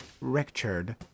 Richard